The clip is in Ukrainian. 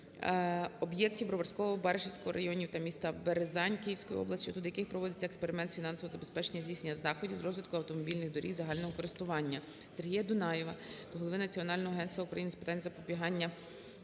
об'єктів Броварського, Баришівського районів та міста Березань Київської області, щодо яких проводиться експеримент з фінансового забезпечення здійснення заходів з розвитку автомобільних доріг загального користування. Сергія Дунаєва до голови Національного агентства України з питань запобігання